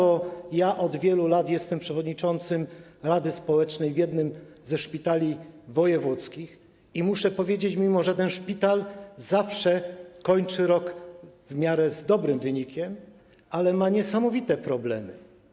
Od wielu lat jestem przewodniczącym rady społecznej w jednym ze szpitali wojewódzkich i muszę powiedzieć, że mimo że ten szpital zawsze kończy rok z w miarę dobrym wynikiem, to ma niesamowite problemy.